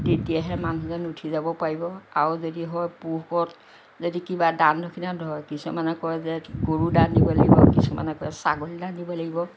তেতিয়াহে মানুহজন উঠি যাব পাৰিব আৰু যদি হয় পুহকৰত যদি কিবা দান দক্ষিণা ধৰে কিছুমানে কয় যে গৰু দান দিব লাগিব কিছুমানে কয় ছাগলী দান দিব লাগিব